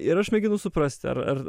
ir aš mėginu suprasti ar ar